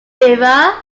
river